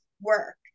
work